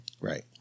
Right